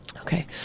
Okay